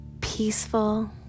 peaceful